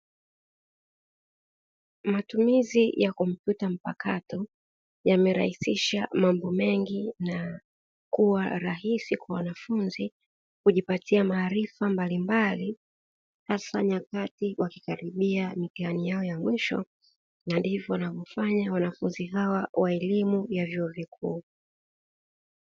Matumizi ya kompyuta mpakato yamerahisisha mambo mengi na kuwa rahisi kwa wanafunzi kujipatia maarifa mbalimbali, hasa nyakati wakikaribia mitihani yao ya mwisho na ndivyo wanavyofanya wanafunzi hawa wa elimu ya vyuo vikuu.